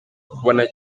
ukubona